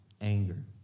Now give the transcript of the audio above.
anger